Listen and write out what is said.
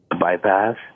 bypass